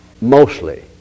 mostly